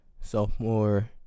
sophomore